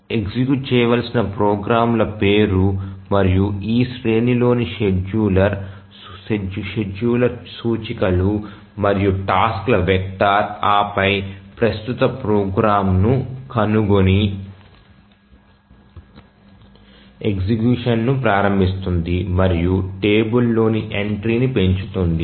execute చేయవలసిన ప్రోగ్రామ్ల పేరు మరియు ఈ శ్రేణిలోని షెడ్యూలర్ సూచికలు మరియు టాస్క్ల వెక్టర్ ఆ పై ప్రస్తుత ప్రోగ్రామామ్ ను కనుగొని ఎగ్జిక్యూషన్ ను ప్రారంభిస్తుంది మరియు టేబుల్లోని ఎంట్రీని పెంచుతుంది